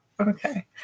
okay